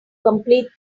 complete